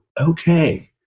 okay